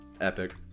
Epic